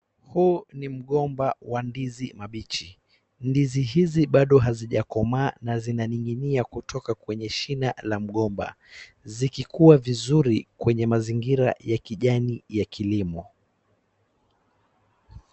Huu ni mgomba wa ndizi mbichi. Ndizi hizi bado hazijakomaa na zinaning'inia kutoka kwenye shina la mgomba, zikikua vizuri kwenye mazingira ya kijani ya kilimo.